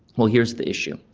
well, here's the issue,